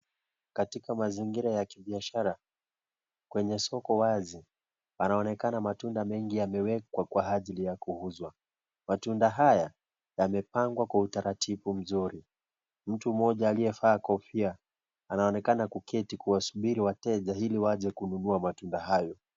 Katika mazingira ya kibiashara, kwenye soko wazi panaonekana matunda mengi yamewekwa kwa ajili ya kuuzwa. Matunda haya, yamepangwa kwa utaratibu mzuri. Mtu mmoja aliyevaa kofia anaonekana kuketi akiwasubiri wateja ili waje kununua matunda hayo.